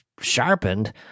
sharpened